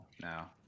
now